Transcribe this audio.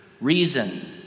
reason